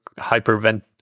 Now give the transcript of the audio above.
hypervent